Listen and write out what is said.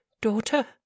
daughter